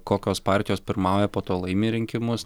kokios partijos pirmauja po to laimi rinkimus